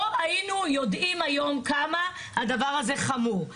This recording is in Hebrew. לא היינו יודעים היום כמה הדבר הזה חמור.